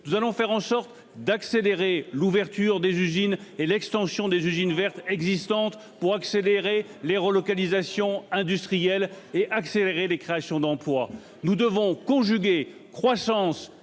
Nous allons faire en sorte d'accélérer l'ouverture des usines et l'extension des usines vertes existantes pour accroître les relocalisations industrielles et les créations d'emplois. Quand ? Nous devons conjuguer croissance et